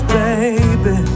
baby